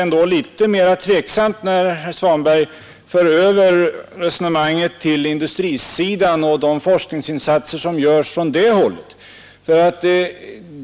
Men litet mera tveksamt blir det när herr Svanberg för över resonemanget till industrisidan och de forskningsinsatser som görs från det hållet.